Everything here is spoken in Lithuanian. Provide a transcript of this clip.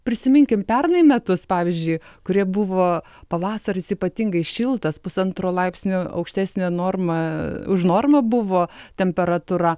prisiminkim pernai metus pavyzdžiui kurie buvo pavasaris ypatingai šiltas pusantro laipsnio aukštesnė norma už normą buvo temperatūra